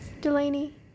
Delaney